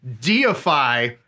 deify